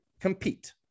compete